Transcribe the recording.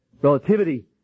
relativity